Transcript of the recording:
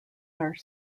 are